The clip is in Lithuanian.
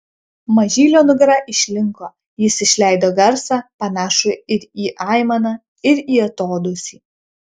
mažylio nugara išlinko jis išleido garsą panašų ir į aimaną ir į atodūsį